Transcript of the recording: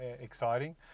exciting